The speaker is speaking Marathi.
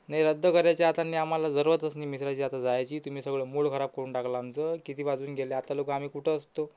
नाही रद्द करायची आता नाही आम्हाला जरुरतच नाही मिश्राजी आता जायची तुम्ही सगळं मूड खराब करून टाकलं आमचं किती वाजून गेले आता लोकं आम्ही कुठं असतो